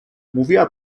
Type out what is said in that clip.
mówiła